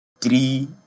three